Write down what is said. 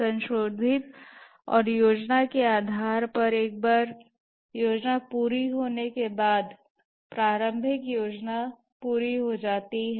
संशोधित और योजना के आधार पर एक बार योजना पूरी होने के बाद प्रारंभिक योजना पूरी हो जाती है